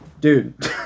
dude